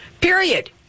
Period